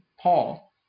Paul